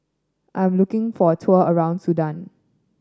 I'm looking for a tour around Sudan